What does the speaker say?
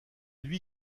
lui